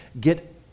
Get